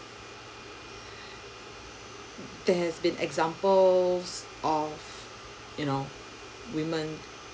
there has been example of you know women